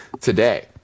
today